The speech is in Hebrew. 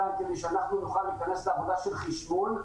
כדי שאנחנו נוכל להיכנס לעבודה של חישמול.